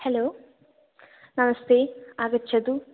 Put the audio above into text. hello नमस्ते आगच्छतु